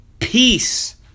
peace